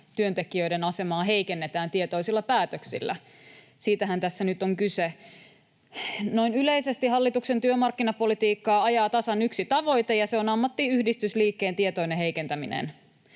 työntekijöiden asemaa heikennetään tietoisilla päätöksillä. Siitähän tässä nyt on kyse. Noin yleisesti hallituksen työmarkkinapolitiikkaa ajaa tasan yksi tavoite, ja se on ammattiyhdistysliikkeen tietoinen heikentäminen.